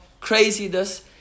Craziness